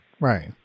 right